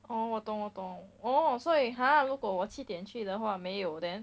orh 我懂我懂 orh 所以 !huh! 如果我七点去的话没有 then